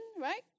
right